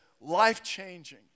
life-changing